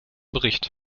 bericht